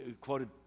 quoted